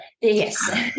Yes